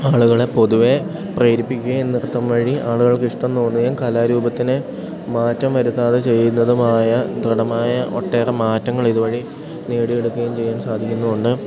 ആളുകളെ പൊതുവെ പ്രേരിപ്പിക്കുകയും നൃത്തം വഴി ആളുകൾക്കിഷ്ടം തോന്നുകയും കലാരൂപത്തിനെ മാറ്റം വരുത്താതെ ചെയ്യുന്നതുമായ ദൃഢമായ ഒട്ടേറെ മാറ്റങ്ങളിതു വഴി നേടിയെടുക്കുകയും ചെയ്യാൻ സാധിക്കുന്നുമുണ്ട്